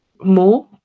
more